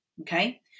Okay